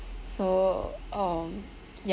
so um